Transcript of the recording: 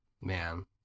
Man